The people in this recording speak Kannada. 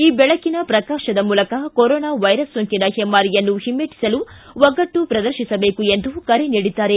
ಈ ಬೆಳಕಿನ ಪ್ರಕಾಶದ ಮೂಲಕ ಕೊರೊನಾ ವೈರಸ್ ಸೋಂಕಿನ ಹೆಮ್ಮಾರಿಯನ್ನು ಹಿಮ್ಮೆಟ್ಟಿಸಲು ಒಗ್ಗಟ್ಟು ಪ್ರದರ್ಶಿಸಬೇಕು ಎಂದು ಕರೆ ನೀಡಿದ್ದಾರೆ